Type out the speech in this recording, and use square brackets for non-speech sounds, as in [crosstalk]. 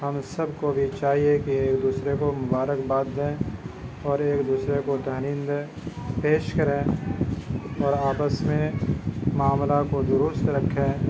ہم سب کو بھی چاہیے کہ ایک دوسرے کو مبارکباد دیں اور ایک دوسرے کو [unintelligible] دیں پیش کریں اور آپس میں معاملہ کو درست رکھیں